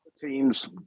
Teams